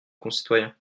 concitoyens